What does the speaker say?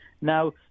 Now